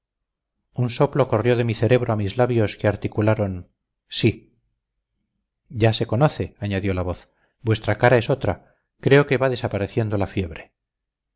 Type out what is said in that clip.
un soplo corrió de mi cerebro a mis labios que articularon sí ya se conoce añadió la voz vuestra cara es otra creo que va desapareciendo la fiebre